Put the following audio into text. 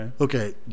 okay